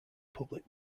public